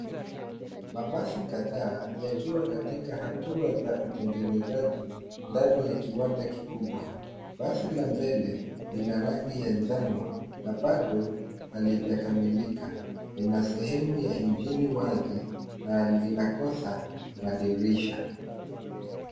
Mabasi kadhaa yakiwa katika hatua za utengenezaji ndani ya kiwanda kikubwa. Basi la mbele lina rangi ya njano na bado halijakamilika na sehemu ya injini wazi na linakosa madirisha.